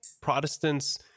Protestants